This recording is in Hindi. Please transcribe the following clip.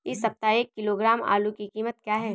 इस सप्ताह एक किलो आलू की कीमत क्या है?